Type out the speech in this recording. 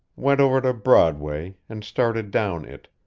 went over to broadway, and started down it,